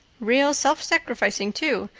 real self-sacrificing, too,